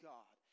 God